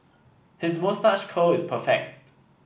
his moustache curl is perfect